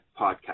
podcast